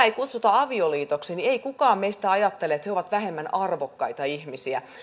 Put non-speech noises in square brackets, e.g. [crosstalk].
[unintelligible] ei kutsuta avioliitoksi niin ei kukaan meistä ajattele että he ovat vähemmän arvokkaita ihmisiä